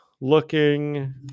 looking